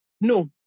no